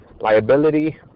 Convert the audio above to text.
liability